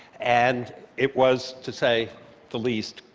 and it was, to say the least,